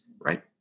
right